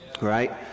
right